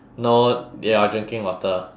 no you're drinking water